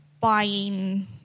buying